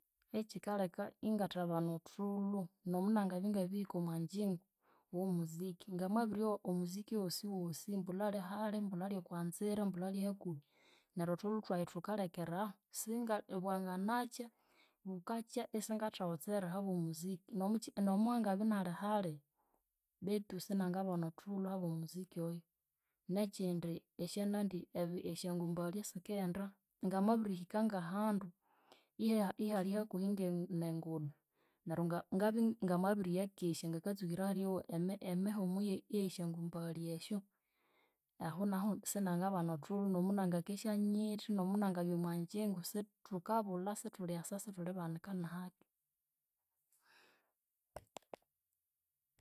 Ekyikaleka ingathabana othulu nomunangabya ingabihika omwangyingu womuziki. Ngamabiryowa omuziki owosi wosi mbula ali hali mbula ali okwanzira mbula ali hakuhi neryu othulhu thwayi thuka lekera ahu. Singali bwanginakya, bukakya isingathawotsera ahabwo muziki ngomukyi ngomu angabya inali hali betu sinanga bana othulu habwo muziki oyo nekyindi esyanandi ebi esyangumbaghali esikaghenda ngamabirihika ngahandu ihali hakuhi nge nenguda neryu nga- ngabi ngamabiriyakesya ngakatsukirahu eryowa emihumu ye- eyesyangumbaghali esyu ahu nahu sinangabana othulhu munangakesya nyithi nomunangabya omwangyingu si thukabulha sithulyasa sithulibanika nahaki